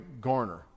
Garner